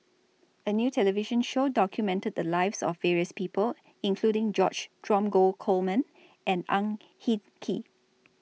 A New television Show documented The Lives of various People including George Dromgold Coleman and Ang Hin Kee